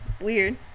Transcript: weird